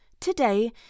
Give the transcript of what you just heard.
today